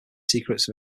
secrets